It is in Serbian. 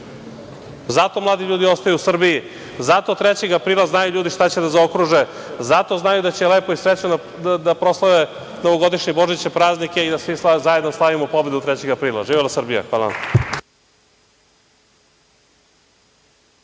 Zato mladi ljudi ostaju u Srbiji. Zato 3. aprila znaju ljudi šta će da zaokruže. Zato znaju da će lepo i srećno da proslave novogodišnje i božićne praznike i da svi zajedno slavimo pobedu 3. aprila. Živela Srbija. Hvala vam.